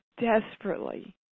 desperately